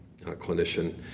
clinician